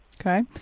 Okay